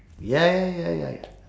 ya ya ya ya ya